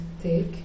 take